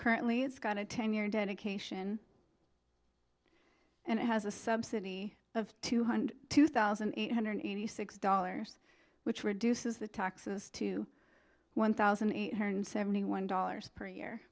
currently it's got a ten year dedication and it has a subsidy of two hundred two thousand eight hundred eighty six dollars which reduces the taxes to one thousand eight hundred seventy one dollars per year